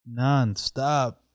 nonstop